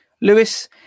Lewis